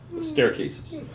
Staircases